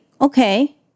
Okay